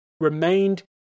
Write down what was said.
remained